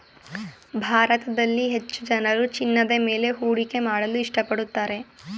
ಭಾರತದಲ್ಲಿ ಹೆಚ್ಚು ಜನರು ಚಿನ್ನದ ಮೇಲೆ ಹೂಡಿಕೆ ಮಾಡಲು ಇಷ್ಟಪಡುತ್ತಾರೆ